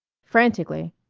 frantically.